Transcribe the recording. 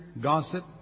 gossip